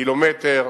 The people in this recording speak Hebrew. ק"מ